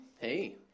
Hey